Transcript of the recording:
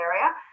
area